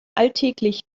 alltäglich